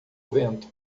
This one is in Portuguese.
vento